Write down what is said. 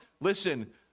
Listen